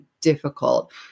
difficult